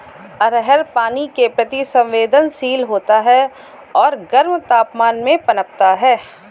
अरहर पानी के प्रति संवेदनशील होता है और गर्म तापमान में पनपता है